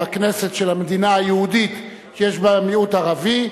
בכנסת של המדינה היהודית שיש בה מיעוט ערבי,